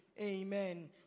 Amen